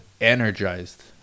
energized